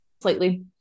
slightly